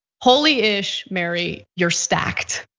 holyish, mary, you're stacked.